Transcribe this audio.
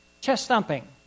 Chest-thumping